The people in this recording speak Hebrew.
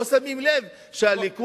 לא שמים לב שהליכוד,